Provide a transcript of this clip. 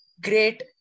Great